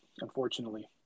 unfortunately